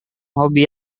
hobi